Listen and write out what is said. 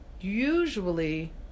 usually